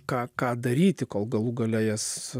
ką ką daryti kol galų gale jas